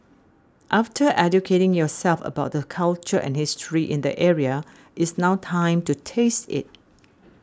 after educating yourself about the culture and history in the area it's now time to taste it